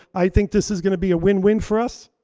i think this is gonna be a win-win for us.